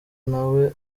nawe